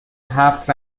هفت